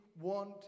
want